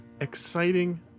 exciting